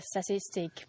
statistic